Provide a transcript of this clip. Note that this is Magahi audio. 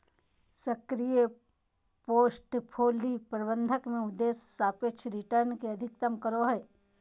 सक्रिय पोर्टफोलि प्रबंधन में उद्देश्य सापेक्ष रिटर्न के अधिकतम करो हइ